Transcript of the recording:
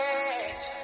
edge